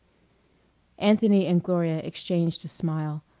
anthony and gloria exchanged a smile.